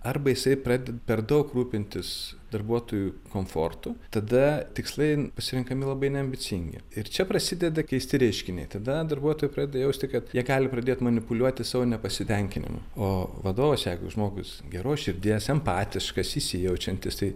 arba jisai praded per daug rūpintis darbuotojų komfortu tada tikslai pasirenkami labai neambicingi ir čia prasideda keisti reiškiniai tada darbuotojai pradeda jausti kad jie gali pradėt manipuliuoti savo nepasitenkinimu o vadovas jeigu žmogus geros širdies empatiškas įsijaučiantis tai